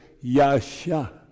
yasha